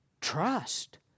trust